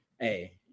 hey